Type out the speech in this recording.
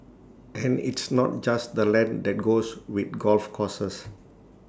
and it's not just the land that goes with golf courses